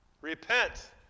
Repent